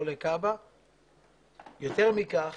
יותר מכך,